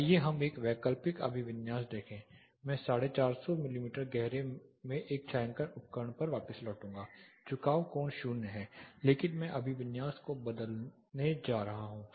आइए हम एक वैकल्पिक अभिविन्यास देखें मैं 450 मिमी गहरे में एक छायांकन उपकरण पर वापस लौटूंगा झुकाव कोण 0 है लेकिन मैं अभिविन्यास को बदलने जा रहा हूं